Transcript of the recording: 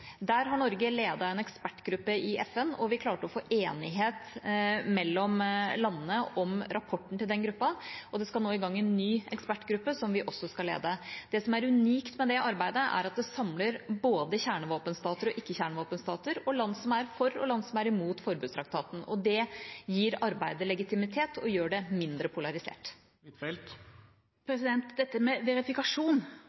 Der har Norge ledet en ekspertgruppe i FN, og vi klarte å få enighet mellom landene om rapporten til den gruppa. Det skal nå i gang en ny ekspertgruppe, som vi også skal lede. Det som er unikt med det arbeidet, er at det samler både kjernevåpenstater og ikke-kjernevåpenstater og land som er for og land som er imot forbudstraktaten, og det gir arbeidet legitimitet og gjør det mindre polarisert.